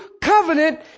covenant